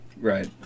Right